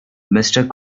mister